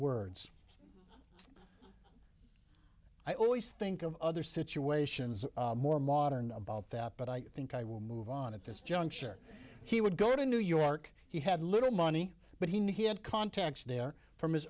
words i always think of other situations more modern about that but i think i will move on at this juncture he would go to new york he had little money but he knew he had contacts there from his